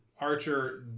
Archer